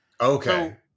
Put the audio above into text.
Okay